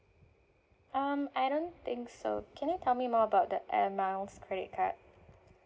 um I don't think so can you tell me more about the air miles credit card